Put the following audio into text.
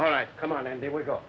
all right come on and there we go